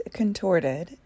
contorted